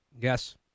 Yes